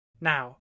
Now